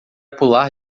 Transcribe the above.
pular